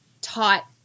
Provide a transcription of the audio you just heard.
taught